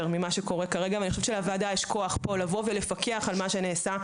ממה שקורה כרגע ואני חושבת שלוועדה יש כוח לפרח על מה שנעשה,